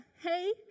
hey